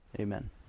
amen